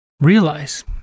Realize